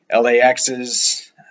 LAX's